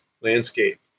landscape